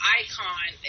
icon